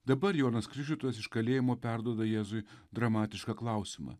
dabar jonas krikštytojas iš kalėjimo perduoda jėzui dramatišką klausimą